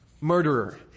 murderer